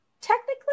technically